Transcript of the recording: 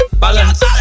balance